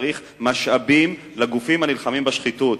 צריך משאבים לגופים הנלחמים בשחיתות.